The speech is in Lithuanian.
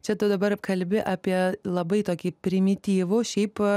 čia tu dabar kalbi apie labai tokį primityvų šiaip